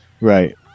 Right